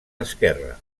esquerre